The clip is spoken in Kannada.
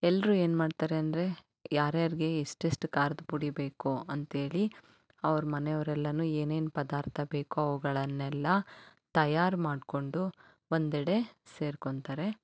ಎಲ್ಲರು ಏನು ಮಾಡ್ತಾರೆ ಅಂದರೆ ಯಾರು ಯಾರಿಗೆ ಎಷ್ಟೆಷ್ಟು ಖಾರದ ಪುಡಿ ಬೇಕು ಅಂತ್ಹೇಳಿ ಅವ್ರ ಮನೆಯವ್ರೆಲ್ಲ ಏನೇನು ಪದಾರ್ಥ ಬೇಕೋ ಅವುಗಳನ್ನೆಲ್ಲ ತಯಾರು ಮಾಡಿಕೊಂಡು ಒಂದೆಡೆ ಸೇರ್ಕೋತಾರೆ